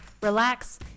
relax